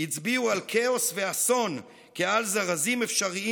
הצביעו על כאוס ועל אסון כעל זרזים אפשריים